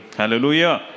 Hallelujah